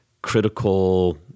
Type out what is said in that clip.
critical